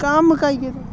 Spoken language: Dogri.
कम्म मकाई गेदे